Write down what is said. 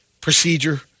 procedure